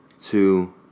Two